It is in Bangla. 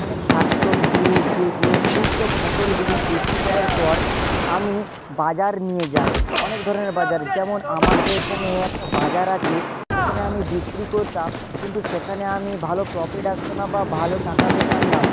অনেক শাক সবজি বেগুন এই সব ফসলগুলি বিক্রি করার পর আমি বাজার নিয়ে যাই অনেক ধরনের বাজার যেমন আমাদের এখানে একটা বাজার আছে সেখানে আমি বিক্রি করতাম কিন্তু সেখানে আমি ভালো প্রফিট আসতো না বা ভালো টাকা পেতাম না